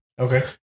Okay